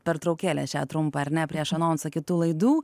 pertraukėlę šią trumpą ar ne prieš anonsą kitų laidų